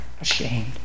ashamed